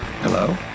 Hello